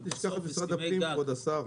אל תשכח את משרד הפנים, כבוד השר.